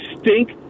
stink